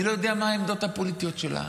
אני לא יודע מה העמדות הפוליטיות שלה.